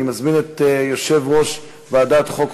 אני מזמין את יושב-ראש ועדת החוקה,